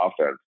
offense